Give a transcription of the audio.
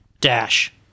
dash